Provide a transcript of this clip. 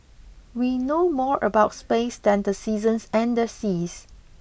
we know more about space than the seasons and the seas